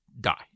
die